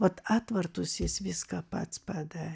vat atvartus jis viską pats padarė